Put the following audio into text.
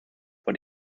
what